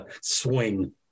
swing